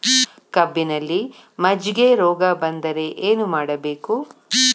ಕಬ್ಬಿನಲ್ಲಿ ಮಜ್ಜಿಗೆ ರೋಗ ಬಂದರೆ ಏನು ಮಾಡಬೇಕು?